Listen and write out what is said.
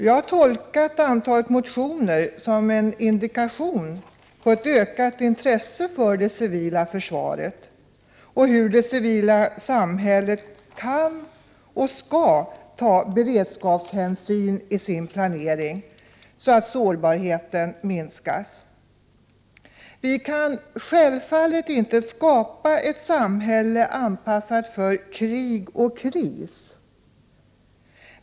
Jag har tolkat antalet motioner som indikation på ett ökat intresse för det civila försvaret och för hur det civila samhället kan och skall ta beredskapshänsyn i sin planering så, att sårbarheten minskas. Vi kan självfallet inte skapa ett samhälle anpassat för krig och kris.